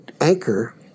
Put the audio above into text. anchor